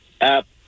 app